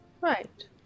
Right